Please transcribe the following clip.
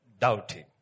doubting